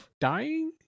dying